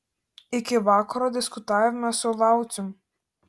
iki vakaro diskutavome su laucium